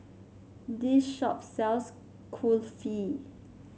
this shop sells Kulfi